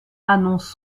annonce